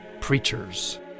preachers